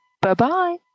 Bye-bye